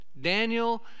Daniel